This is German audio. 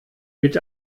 mit